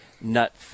nut